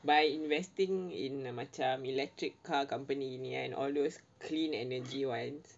by investing in macam electric car company ini kan all those clean energy ones